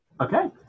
Okay